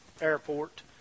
Airport